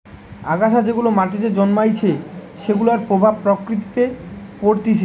আগাছা যেগুলা মাটিতে জন্মাইছে সেগুলার প্রভাব প্রকৃতিতে পরতিছে